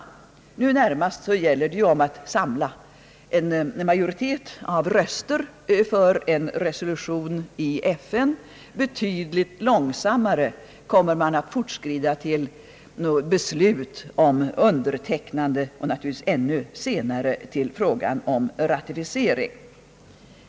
Närmast gäller det ju att samla en majoritet av röster för en resolution i FN. Betydligt långsammare kommer man att fortskrida till något beslut om undertecknande och naturligtvis ännu senare till frågan om ratificering.